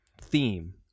theme